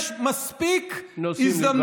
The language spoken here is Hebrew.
יש מספיק, נושאים להתווכח עליהם.